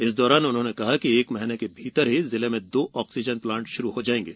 इस दौरान उन्होंने कहा कि एक महीने के भीतर जिले में दो ऑक्सीजन प्लांट शुरू हो जाएंगे